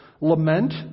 Lament